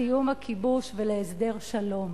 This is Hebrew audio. לסיום הכיבוש ולהסדר שלום,